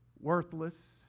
worthless